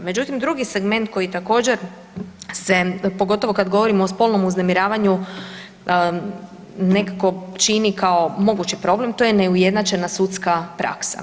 Međutim, drugi segment koji također se, pogotovo kad govorimo o spolnom uznemiravanju, nekako čini kao mogući problem, to je neujednačena sudska praksa.